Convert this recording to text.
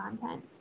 content